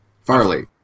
Farley